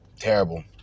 Terrible